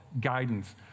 guidance